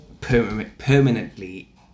permanently